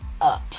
up